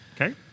Okay